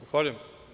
Zahvaljujem.